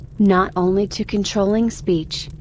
not only to controlling speech,